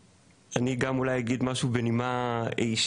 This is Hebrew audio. אני גם אולי אגיד משהו בנימה אישית,